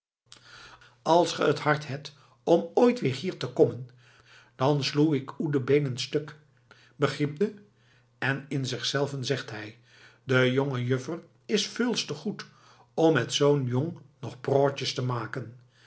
as ge t hart hêt om ooit weer hier te kommen dan sloa k oe de been stuk begriept de en in zichzelven zegt hij de jongejuffer is veuls te goed om met zoo'n jong nog proatjes te maken